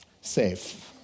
safe